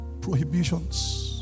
prohibitions